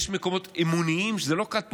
יש מקומות אמוניים שזו לא כת פוגענית.